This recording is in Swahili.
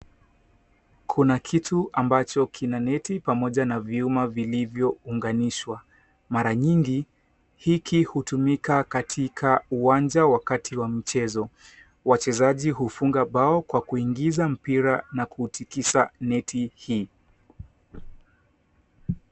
Kuna kitu ambacho kina neti pamoja na vyuma vilivyounganishwa. Mara nyingi hiki hutumika katika uwanja wakati wa michezo. Wachezaji hufunga mbao Kwa kuingiza mpira na kutikisa neti hii.